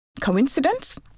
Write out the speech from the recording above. Coincidence